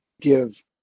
give